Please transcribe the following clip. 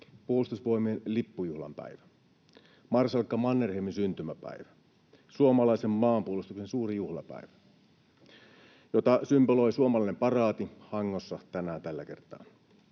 puolustusvoimain lippujuhlan päivä, marsalkka Mannerheimin syntymäpäivä, suomalaisen maanpuolustuksen suuri juhlapäivä, jota symboloi suomalainen paraati Hangossa tänään tällä kertaa.